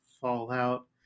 Fallout